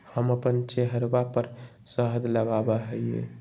हम अपन चेहरवा पर शहद लगावा ही